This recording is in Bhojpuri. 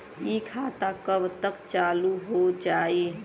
इ खाता कब तक चालू हो जाई?